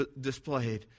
displayed